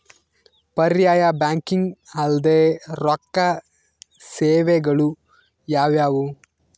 ಪರ್ಯಾಯ ಬ್ಯಾಂಕಿಂಗ್ ಅಲ್ದೇ ರೊಕ್ಕ ಸೇವೆಗಳು ಯಾವ್ಯಾವು?